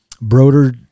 broder